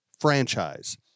franchise